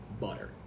butter